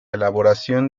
elaboración